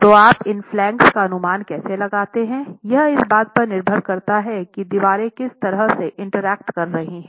तो आप इन फ्लांगेस का अनुमान कैसे लगाते हैं यह इस बात पर निर्भर करता है कि दीवारें किस तरह से इंटरैक्ट कर रही हैं